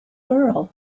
girl